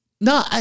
no